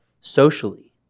socially